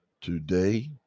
today